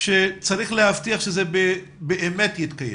שצריך להבטיח שזה באמת יתקיים.